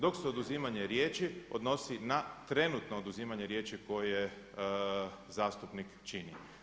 Dok se oduzimanje riječi odnosi na trenutno oduzimanje riječi koje zastupnik čini.